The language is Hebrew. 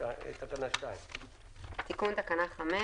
תקנה 2. תיקון תקנה 5